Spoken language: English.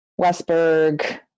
Westberg